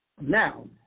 Now